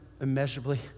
immeasurably